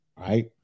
right